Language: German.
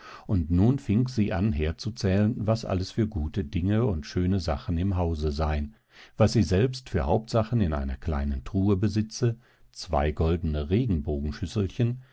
und nun fing sie an herzuzählen was alles für gute dinge und schöne sachen im hause seien was sie selbst für hauptsachen in einer kleinen truhe besitze zwei goldene